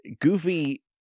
Goofy